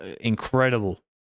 incredible